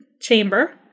chamber